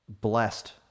blessed